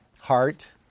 Heart